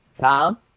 Tom